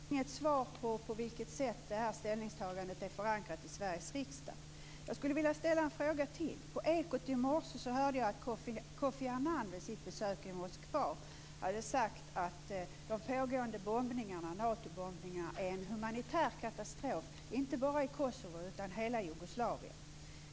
Fru talman! Jag fick inget svar på frågan på vilket sätt detta ställningstagande är förankrat här i Sveriges riksdag. Jag skulle vilja ställa en fråga till. Jag hörde på Ekot i morse att Koffi Annan vid sitt besök i Moskva hade sagt att de pågående Natobombningara är en humanitär katastrof inte bara i Kosovo utan i hela Jugoslavien.